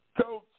Coach